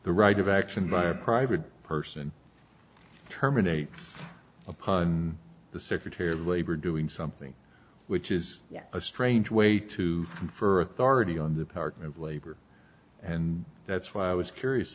the right of action by a private person terminates upon the secretary of labor doing something which is a strange way to confer authority on the power of labor and that's why i was curious